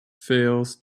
fails